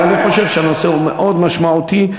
אבל אני חושב שהנושא הוא מאוד משמעותי.